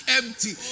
empty